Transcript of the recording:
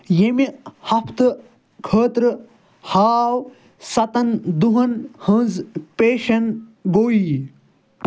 ییٚمِہ ہفتہٕ خٲطرٕ ہاو سَتَن دۄہَن ہٕنٛز پیشن گویی